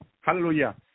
Hallelujah